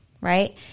right